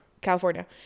California